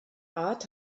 art